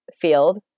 field